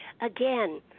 again